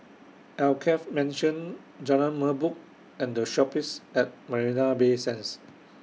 Alkaff Mansion Jalan Merbok and The Shoppes At Marina Bay Sands